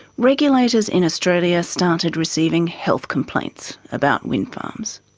regulators in australia started receiving health complaints about windfarms.